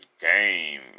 game